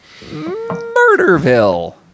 Murderville